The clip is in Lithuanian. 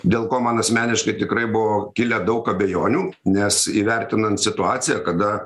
dėl ko man asmeniškai tikrai buvo kilę daug abejonių nes įvertinant situaciją kada